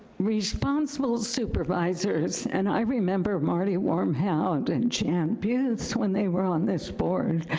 responsible supervisors, and i remember marty warmhaut and jan beuse, when they were on this board,